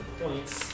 points